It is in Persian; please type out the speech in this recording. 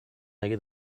اگه